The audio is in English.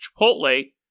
Chipotle